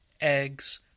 eggs